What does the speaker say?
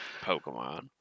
Pokemon